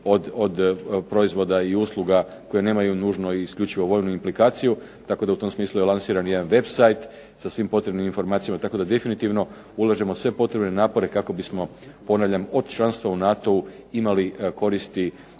od proizvoda i usluga koji nemaju nužno i isključivo vojnu implikaciju, tako da je u tom smislu lansiran jedan webside sa svim potrebnim informacijama. Tako da definitivno ulažemo sve potrebe i napore kao bismo ponavljam od članstva u NATO-u imali koristi